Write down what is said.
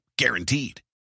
guaranteed